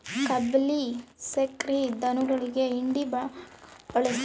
ಕಬ್ಬಿಲ್ಲಿ ಸಕ್ರೆ ಧನುಗುಳಿಗಿ ಹಿಂಡಿ ಮಾಡಕ ಬಳಸ್ತಾರ